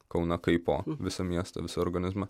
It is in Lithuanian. kauną kaip po visą miestą visą organizmą